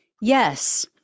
yes